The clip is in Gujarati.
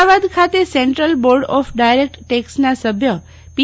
અમદાવાદ ખાતે સેન્ટ્રલ બોર્ડ ઓફ ડાયરેક્ટ ટેક્સના સભ્ય પી